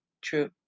True